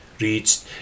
reached